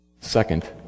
Second